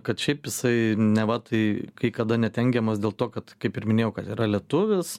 kad šiaip jisai neva tai kai kada net engiamas dėl to kad kaip ir minėjau kad yra lietuvis